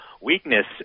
weakness